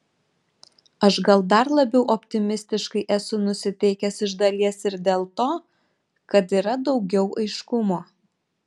aš gal dar labiau optimistiškai esu nusiteikęs iš dalies ir dėl to kad yra daugiau aiškumo